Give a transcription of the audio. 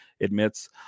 admits